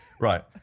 Right